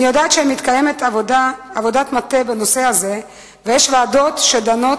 אני יודעת שמתקיימת עבודת מטה בנושא הזה ויש ועדות שדנות,